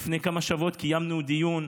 לפני כמה שבועות קיימנו דיון,